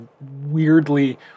weirdly